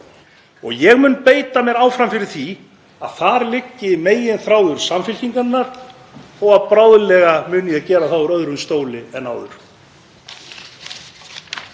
Ég mun beita mér áfram fyrir því að þar liggi meginþráður Samfylkingarinnar þó að bráðlega muni ég gera það úr öðrum stól en áður.